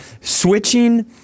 switching